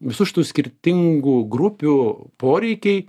visų šitų skirtingų grupių poreikiai